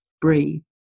Breathe